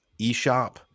eShop